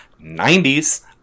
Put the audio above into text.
90s